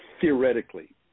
theoretically